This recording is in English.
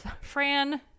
Fran